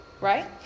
right